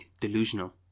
delusional